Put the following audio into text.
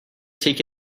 take